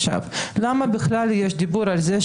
למה בכלל יש דיבור על זה,